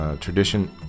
tradition